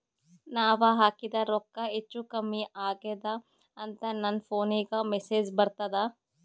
ನಾವ ಹಾಕಿದ ರೊಕ್ಕ ಹೆಚ್ಚು, ಕಮ್ಮಿ ಆಗೆದ ಅಂತ ನನ ಫೋನಿಗ ಮೆಸೇಜ್ ಬರ್ತದ?